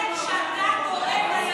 שזה לא בסדר, הנזק שאתה גורם לימין,